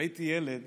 כשהייתי ילד